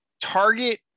target